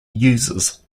users